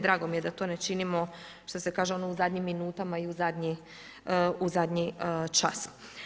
Drago mije da to ne činimo što se kaže ono u zadnjim minutama i u zadnji čas.